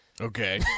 Okay